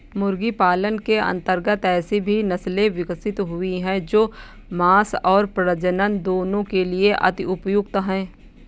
मुर्गी पालन के अंतर्गत ऐसी भी नसले विकसित हुई हैं जो मांस और प्रजनन दोनों के लिए अति उपयुक्त हैं